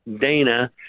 Dana